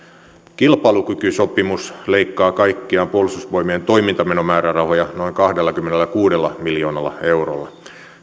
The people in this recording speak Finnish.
kilpailukykysopimus leikkaa kaikkiaan puolustusvoimien toimintamenomäärärahoja noin kahdellakymmenelläkuudella miljoonalla eurolla